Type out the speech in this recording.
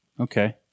okay